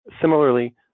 Similarly